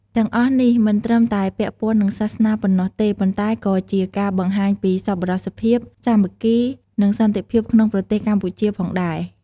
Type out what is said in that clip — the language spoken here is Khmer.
ទាំំងអស់នេះមិនត្រឹមតែពាក់ព័ន្ធនឹងសាសនាប៉ុណ្ណោះទេ ប៉ុន្តែក៏ជាការបង្ហាញពីសប្បុរសភាព សាមគ្គីភាព និងសន្តិភាពក្នុងប្រទេសកម្ពុជាផងដែរ។